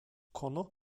konu